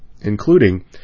including